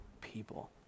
people